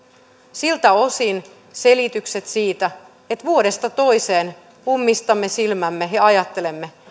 siltä osin selitykset siitä että vuodesta toiseen ummistamme silmämme ja ajattelemme että